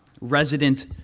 resident